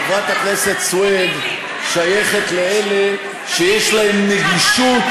חברת הכנסת סויד שייכת לאלה שיש להם גישה,